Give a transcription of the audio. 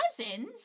cousins